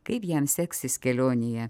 kaip jam seksis kelionėje